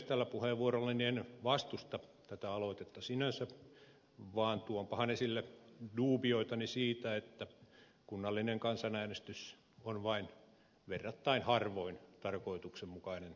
tällä puheenvuorollani en vastusta tätä aloitetta sinänsä vaan tuonpahan esille dubioitani siitä että kunnallinen kansanäänestys on vain verrattain harvoin tarkoituksenmukainen toteutettava